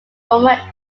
former